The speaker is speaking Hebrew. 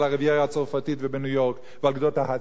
על הריביירה הצרפתית ובניו-יורק ועל גדות ההדסון.